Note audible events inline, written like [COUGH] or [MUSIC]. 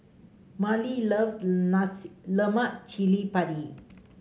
Marlys loves [UNINTELLIGIBLE] Lemak Cili Padi